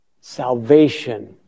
salvation